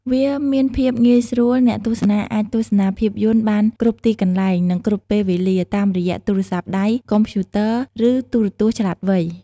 វាមានភាពងាយស្រួល អ្នកទស្សនាអាចទស្សនាភាពយន្តបានគ្រប់ទីកន្លែង និងគ្រប់ពេលវេលា តាមរយៈទូរស័ព្ទដៃ កុំព្យូទ័រ ឬទូរទស្សន៍ឆ្លាតវៃ។